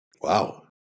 Wow